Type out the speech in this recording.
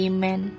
Amen